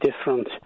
different